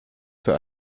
für